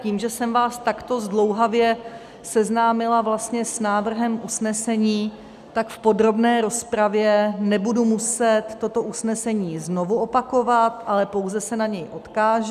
Tím, že jsem vás takto zdlouhavě seznámila vlastně s návrhem usnesení, tak v podrobné rozpravě nebudu muset toto usnesení znovu opakovat, ale pouze se na něj odkážu.